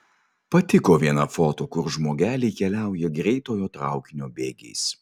patiko viena foto kur žmogeliai keliauja greitojo traukinio bėgiais